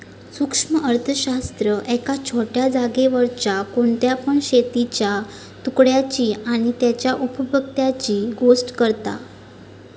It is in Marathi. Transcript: सूक्ष्म अर्थशास्त्र एका छोट्या जागेवरच्या कोणत्या पण शेतीच्या तुकड्याची आणि तेच्या उपभोक्त्यांची गोष्ट करता